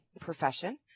profession